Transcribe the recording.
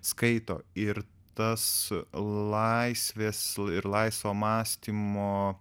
skaito ir tas laisvės ir laisvo mąstymo